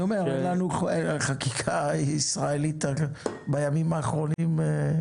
אומר אין לנו חקיקה ישראלית בימים האחרונים,